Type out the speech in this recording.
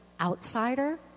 outsider